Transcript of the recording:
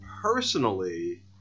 personally